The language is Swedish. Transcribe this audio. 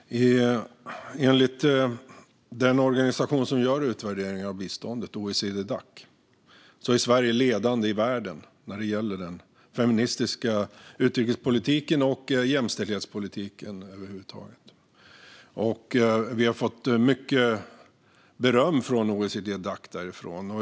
Fru talman! Enligt den organisation som gör utvärderingar av biståndet, OECD-Dac, är Sverige ledande i världen när det gäller den feministiska utrikespolitiken och jämställdhetspolitiken över huvud taget. Vi har fått mycket beröm från OECD-Dac.